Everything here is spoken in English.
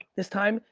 this time,